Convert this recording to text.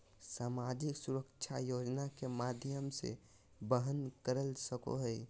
सामाजिक सुरक्षा योजना के माध्यम से वहन कर सको हइ